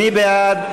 מי בעד?